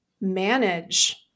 manage